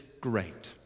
great